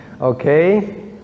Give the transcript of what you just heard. okay